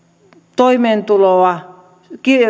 toimeentuloa